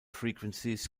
frequencies